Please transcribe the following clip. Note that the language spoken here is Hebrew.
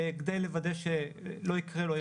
כדי לוודא שלא ייקרה לו אירוע.